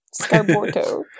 scarborto